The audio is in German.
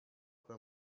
beim